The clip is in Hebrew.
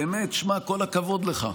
באמת, שמע, כל הכבוד לך,